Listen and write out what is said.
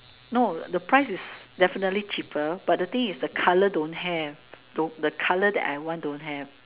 no the price is definitely cheaper but the thing is the color don't have don't the color that I want don't have